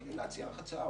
תן להציע לך הצעה.